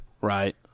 right